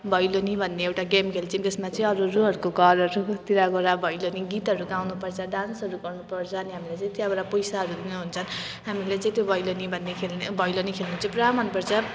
भैलेनी भन्ने एउटा गेम खेल्छौँ जसमा चाहिँ अरू अरूहरूको घरहरूतिर गएर भैलेनी गीतहरू गाउनुपर्छ डान्सहरू गर्नुपर्छ अनि हामीहरूले चाहिँ त्यहाँबाट पैसाहरू दिनुहुन्छ हामीहरूले चाहिँ त्यो भैलेनी भन्ने खेल्ने भैलेनी खेल्नु चाहिँ पुरा मनपर्छ